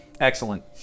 Excellent